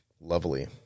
Lovely